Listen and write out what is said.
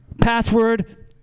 Password